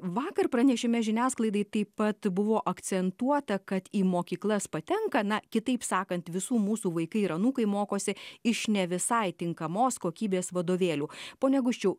vakar pranešime žiniasklaidai taip pat buvo akcentuota kad į mokyklas patenka na kitaip sakant visų mūsų vaikai ir anūkai mokosi iš ne visai tinkamos kokybės vadovėlių pone guščiau